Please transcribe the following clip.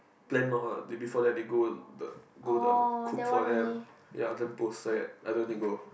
plan lor they before that they go the go the cook for them ya then post set ah then they go